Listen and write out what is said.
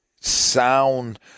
sound